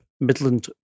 Midland